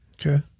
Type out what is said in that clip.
Okay